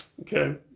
Okay